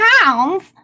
pounds